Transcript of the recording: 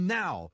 now